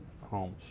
homes